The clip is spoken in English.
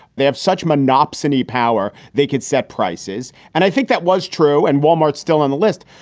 they have such monopsony power. they could set prices. and i think that was true. and wal-mart's still on the list.